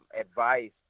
advice